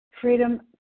freedom